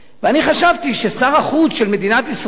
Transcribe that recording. ואני חשבתי ששר החוץ של מדינת ישראל,